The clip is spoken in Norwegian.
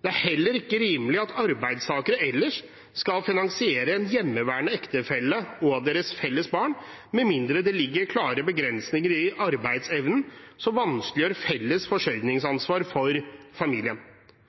Det er heller ikke rimelig at arbeidstakere ellers skal finansiere en hjemmeværende ektefelle og deres felles barn, med mindre det ligger klare begrensninger i arbeidsevnen som vanskeliggjør felles forsørgingsansvar for familien.